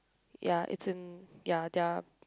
ya it's in ya they're